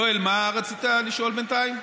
יואל, מה רצית לשאול בינתיים?